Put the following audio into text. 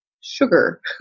sugar